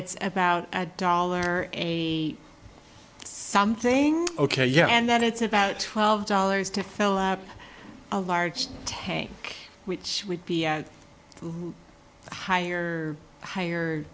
it's about a a dollar something ok yeah and that it's about twelve dollars to fill up a large tank which would be at a higher higher